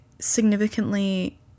significantly